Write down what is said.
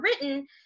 written